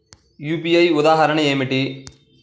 UPI ఉదాహరణ ఏమిటి?